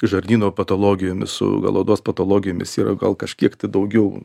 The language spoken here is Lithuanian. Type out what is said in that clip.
žarnyno patologijomis su gal odos patologijomis yra gal kažkiek tai daugiau